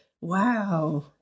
Wow